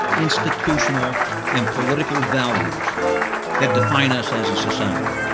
institutional and political values that define us as a society.